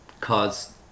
cause